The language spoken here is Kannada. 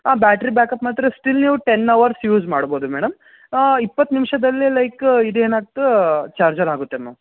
ಹಾಂ ಬ್ಯಾಟ್ರಿ ಬ್ಯಾಕಪ್ ಮಾತ್ರ ಸ್ಟಿಲ್ ನೀವು ಟೆನ್ ಅವರ್ಸ್ ಯೂಸ್ ಮಾಡ್ಬೋದು ಮೇಡಮ್ ಇಪ್ಪತ್ತು ನಿಮಿಷದಲ್ಲಿ ಲೈಕ್ ಇದೇನಾಗ್ತೆ ಚಾರ್ಜರ್ ಆಗುತ್ತೆ ಮೇಡಮ್